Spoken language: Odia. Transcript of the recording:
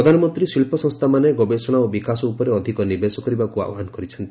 ପ୍ରଧାନମନ୍ତ୍ରୀ ଶିଳ୍ପସଂସ୍ଥାମାନେ ଗବେଷଣା ଓ ବିକାଶ ଉପରେ ଅଧିକ ନିବେଶ କରିବାକୁ ଆହ୍ୱାନ କରିଛନ୍ତି